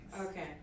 Okay